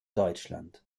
deutschland